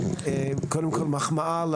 קודם כל מחמאה,